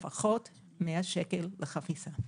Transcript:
לפחות 100 שקלים לחפיסה.